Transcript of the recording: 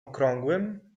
okrągłym